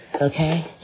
Okay